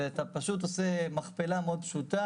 ואתה פשוט עושה מכפלה מאוד פשוטה.